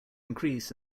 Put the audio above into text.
increase